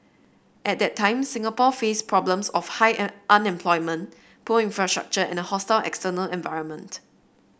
at that time Singapore faced problems of high an unemployment poor infrastructure and a hostile external environment